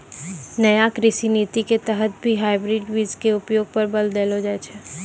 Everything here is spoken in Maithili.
नया कृषि नीति के तहत भी हाइब्रिड बीज के उपयोग पर बल देलो जाय छै